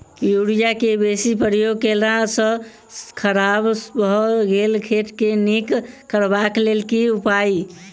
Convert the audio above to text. Urea केँ बेसी प्रयोग केला सऽ खराब भऽ गेल खेत केँ नीक करबाक लेल की उपाय?